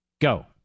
go